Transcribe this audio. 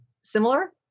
similar